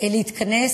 להתכנס,